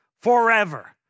forever